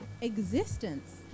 existence